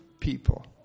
people